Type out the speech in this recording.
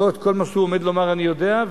לא את כל מה שהוא עומד לומר אני יודע,